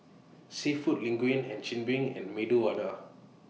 Seafood Linguine and Chigenabe and Medu Vada